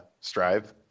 Strive